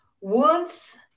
wounds